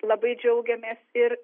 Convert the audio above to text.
labai džiaugiamės ir